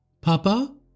Papa